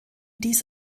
dies